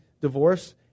divorce